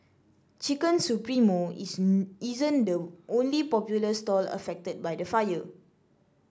Chicken Supremo isn't the only popular stall affected by the fire